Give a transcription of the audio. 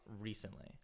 recently